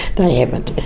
they haven't.